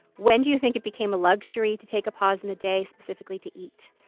when do you think it became a luxury to take a pause in the day specifically to eat?